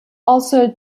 also